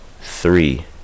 three